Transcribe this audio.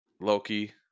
Loki